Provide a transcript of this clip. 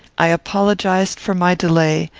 i apologized for my delay,